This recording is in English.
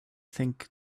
think